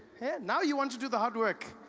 hey, now you want to do the hard work.